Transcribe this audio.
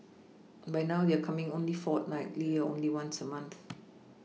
but now they're coming only fortnightly or only once a month